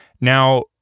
Now